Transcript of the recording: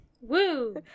Woo